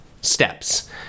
steps